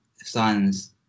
science